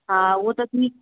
हा उहो त ठीकु